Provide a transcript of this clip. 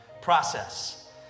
process